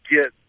get